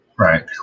Right